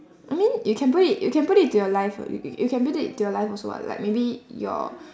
I mean you can put it you can put it to your life [what] y~ you can put it to your life also [what] like maybe your